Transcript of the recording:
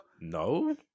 no